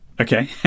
okay